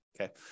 okay